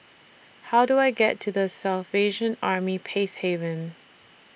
How Do I get to The Salvation Army Peacehaven